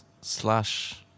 Slash